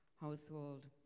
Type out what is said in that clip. household